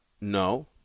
No